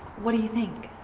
what do you think?